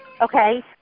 okay